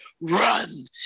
run